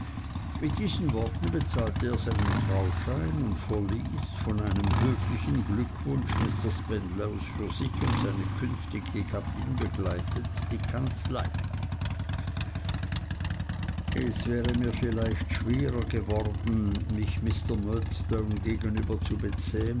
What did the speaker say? mit diesen worten bezahlte er seinen trauschein und verließ von einem höflichen glückwunsch mr spenlows für sich und seine künftige gattin begleitet die kanzlei es wäre mir vielleicht schwerer geworden mich mr murdstone gegenüber zu bezähmen